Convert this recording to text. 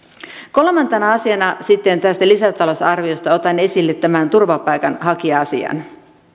kolmantena asiana tästä lisätalousarviosta otan esille tämän turvapaikanhakija asian